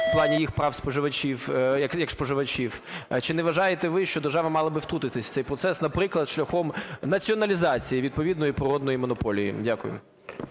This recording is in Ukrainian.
в плані їх прав споживачів, як споживачів? Чи не вважаєте ви, що держава мала би втрутитись в цей процес, наприклад, шляхом націоналізації відповідної природної монополії? Дякую.